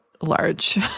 large